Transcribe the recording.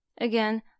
Again